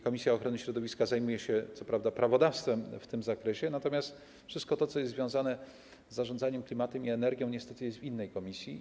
Komisja ochrony środowiska zajmuje się co prawda prawodawstwem w tym zakresie, natomiast wszystkim tym, co jest związane z zarządzaniem klimatem i energią, niestety, zajmuje się inna komisja.